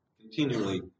continually